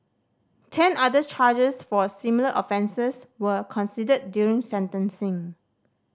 ten other charges for similar offences were considered during sentencing